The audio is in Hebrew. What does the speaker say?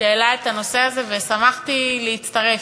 שהעלה את הנושא הזה, ושמחתי להצטרף.